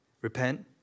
Repent